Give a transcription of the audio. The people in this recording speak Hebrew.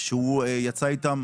שהוא יצא איתם